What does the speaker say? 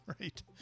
right